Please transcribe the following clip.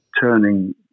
turning